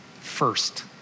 first